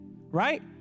Right